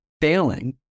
failing